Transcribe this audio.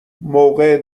موقع